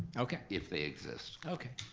okay. if they exist. okay,